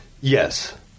Yes